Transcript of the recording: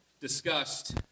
discussed